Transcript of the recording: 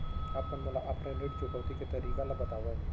आप मन मोला ऑफलाइन ऋण चुकौती के तरीका ल बतावव?